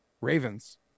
Ravens